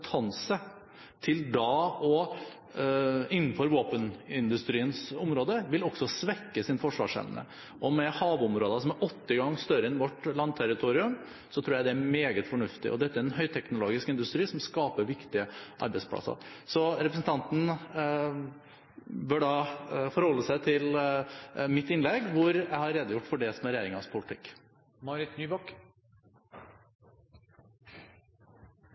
innenfor våpenindustriens område, vil svekke sin forsvarsevne. Med havområder som er åtte ganger større enn vårt landterritorium, tror jeg det er meget fornuftig. Dette er en høyteknologisk industri som skaper viktige arbeidsplasser. Representanten bør derfor forholde seg til mitt innlegg, hvor jeg har redegjort for regjeringens politikk. Også jeg må ta utgangspunkt i saksordfører Tybring-Gjeddes innlegg, fordi det er en enstemmig komité som